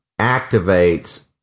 activates